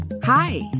Hi